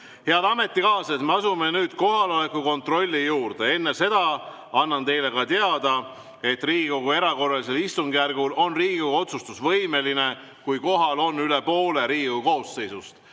Head ametikaaslased, me asume nüüd kohaloleku kontrolli juurde. Enne seda annan teile ka teada, et Riigikogu erakorralisel istungjärgul on Riigikogu otsustusvõimeline, kui kohal on üle poole Riigikogu koosseisust.